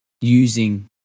Using